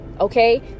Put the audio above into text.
Okay